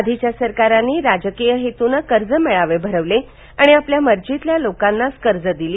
आधीच्या सरकारांनी राजकीय हेतुनं कर्जमेळावे भरवले आणि आपल्या मर्जीतल्या लोकांनाच कर्ज दिली